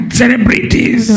celebrities